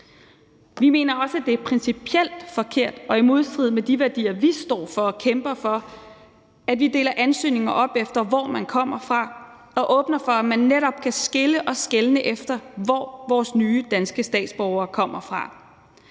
Vi mener også, at det er principielt forkert og i modstrid med de værdier, vi står for og kæmper for, at vi deler ansøgninger op efter, hvor man kommer fra, og at man åbner op for, at man netop kan skille og skelne efter, hvor vores nye danske statsborgere kommer fra.